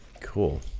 Cool